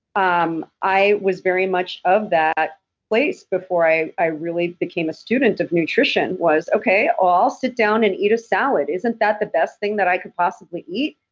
um i was very much of that place before i i really became a student of nutrition. was okay, i'll sit down and eat a salad. isn't that the best thing that i could possibly eat?